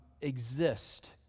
exist